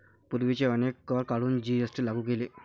पूर्वीचे अनेक कर काढून जी.एस.टी लागू केले